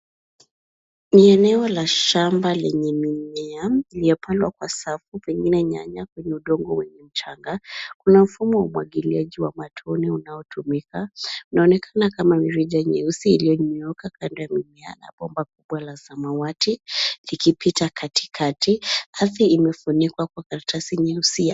Ni eneo la shamba lenye mimea iliyopandwa kwa safu pengine nyanya kwenye udongo wa mchanga. Kuna mfumo wa umwagiliaji wa matone unaotumika. Inaonekana kama mirija mieusi iliyonyooka kando ya mimea na bomba kubwa la samawati likipita katikati . Ardhi inafunikwa kwa karatasi nyeusi ya